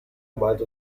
gewalt